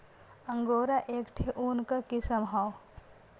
angora एक ठे ऊन क किसम हौ